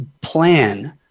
plan